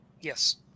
yes